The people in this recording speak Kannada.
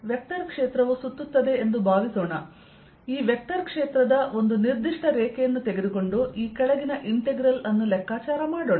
ವೆಕ್ಟರ್ ಕ್ಷೇತ್ರವು ಸುತ್ತುತ್ತದೆ ಎಂದು ಭಾವಿಸೋಣ ಈ ವೆಕ್ಟರ್ ಕ್ಷೇತ್ರದ ಒಂದು ನಿರ್ದಿಷ್ಟ ರೇಖೆಯನ್ನು ತೆಗೆದುಕೊಂಡು ಈ ಕೆಳಗಿನ ಇಂಟೆಗ್ರಲ್ ಅನ್ನು ಲೆಕ್ಕಾಚಾರ ಮಾಡೋಣ